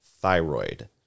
thyroid